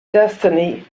destiny